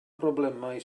broblemau